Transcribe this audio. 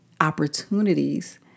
opportunities